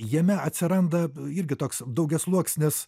jame atsiranda irgi toks daugiasluoksnis